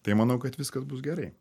tai manau kad viskas bus gerai